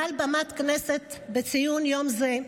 מעל במת הכנסת, בציון יום זה,